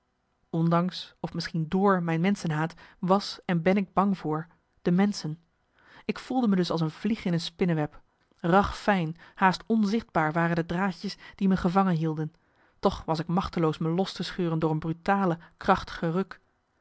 ondanks of misschien door mijn menschenhaat was en ben ik bang voor de menschen ik voelde me dus als een vlieg in een spinneweb ragfijn haast onzichtbaar waren de draadjes die me gevangen hielden toch was ik machteloos me los te scheuren door een brutale krachtige ruk